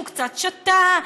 הוא קצת שתה,